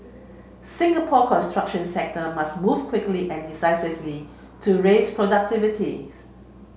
Singapore construction sector must move quickly and decisively to raise productivities